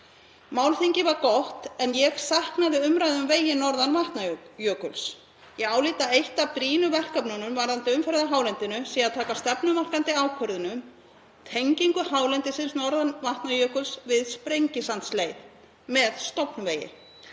Málþingið var gott en ég saknaði umræðu um vegi norðan Vatnajökuls. Ég álít að eitt af brýnu verkefnunum varðandi umferð á hálendinu sé að taka stefnumarkandi ákvörðun um tengingu hálendisins norðan Vatnajökuls við Sprengisandsleið með stofnvegi.